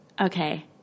Okay